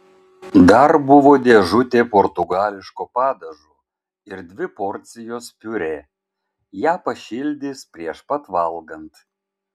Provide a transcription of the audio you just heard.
dar buvo dėžutė portugališko padažo ir dvi porcijos piurė ją pašildys prieš pat valgant